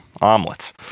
Omelets